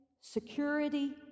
security